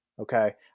okay